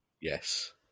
Yes